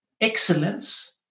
excellence